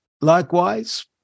likewise